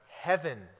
Heaven